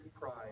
pride